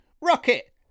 Rocket